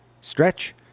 stretch